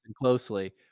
closely